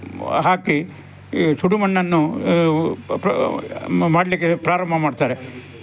ಹಾಕಿ ಈ ಸುಡು ಮಣ್ಣನ್ನು ಮಾಡಲಿಕ್ಕೆ ಪ್ರಾರಂಭ ಮಾಡ್ತಾರೆ